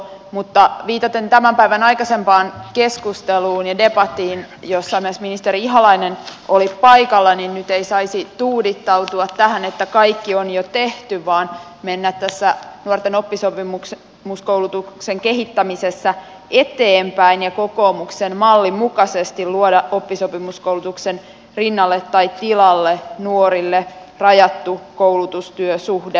mutta viitaten tämän päivän aikaisempaan keskusteluun ja debattiin jossa myös ministeri ihalainen oli paikalla niin nyt ei saisi tuudittautua tähän että kaikki on jo tehty vaan tulee mennä tässä nuorten oppisopimuskoulutuksen kehittämisessä eteenpäin ja kokoomuksen mallin mukaisesti tulee luoda oppisopimuskoulutuksen rinnalle tai tilalle nuorille rajattu koulutustyösuhde